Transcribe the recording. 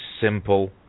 simple